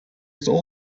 there